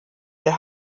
der